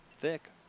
thick